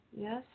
yes